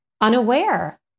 unaware